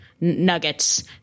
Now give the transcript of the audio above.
nuggets